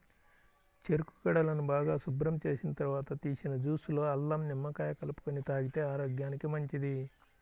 చెరుకు గడలను బాగా శుభ్రం చేసిన తర్వాత తీసిన జ్యూస్ లో అల్లం, నిమ్మకాయ కలుపుకొని తాగితే ఆరోగ్యానికి మంచిది